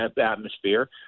atmosphere